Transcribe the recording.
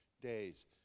days